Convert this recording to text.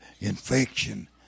infection